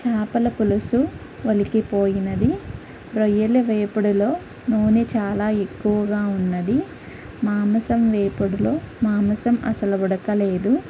చాపల పులుసు ఒలికిపోయినది రొయ్యల వేపుడులో నూనె చాలా ఎక్కువగా ఉన్నది మాంసం వేపుడులో మాంసం అసలు ఉడకలేదు